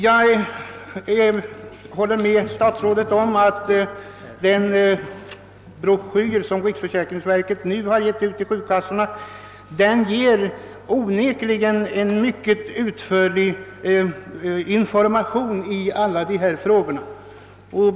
Jag håller med statsrådet om att den broschyr som riksförsäkringsverket nu skickat ut till försäkringskassorna ger en mycket utförlig information i alla dessa frågor.